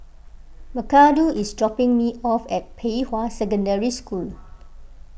Macarthur is dropping me off at Pei Hwa Secondary School